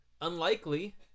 unlikely